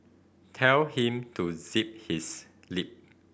tell him to zip his lip